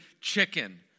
chicken